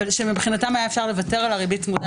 מבחינתם היה אפשר לוותר על הריבית צמודה